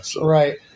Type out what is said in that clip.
Right